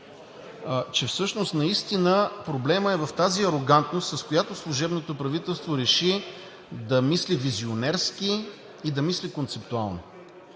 че всъщност наистина проблемът е в тази арогантност, с която служебното правителство реши да мисли визионерски и да мисли концептуално.